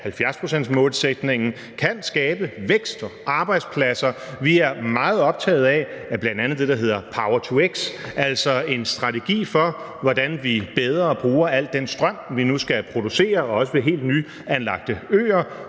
70-procentsmålsætningen kan skabe vækst og arbejdspladser. Vi er meget optaget af bl.a. det, der hedder power-to-x, altså en strategi for, hvordan vi bedre bruger al den strøm, vi nu skal producere – også ved helt nyanlagte øer